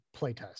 playtest